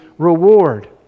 Reward